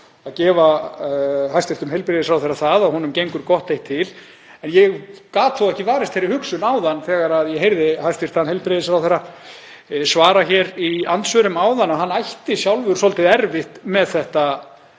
að gefa hæstv. heilbrigðisráðherra það að honum gengur gott eitt til. En ég gat þó ekki varist þeirri hugsun áðan þegar ég heyrði hæstv. heilbrigðisráðherra svara hér í andsvörum að hann ætti sjálfur svolítið erfitt með þetta